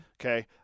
okay